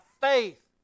faith